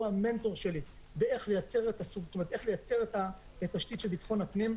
הוא המנטור שלי באיך לייצר את התשתית של ביטחון הפנים,